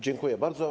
Dziękuję bardzo.